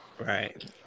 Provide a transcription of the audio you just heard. Right